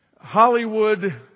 Hollywood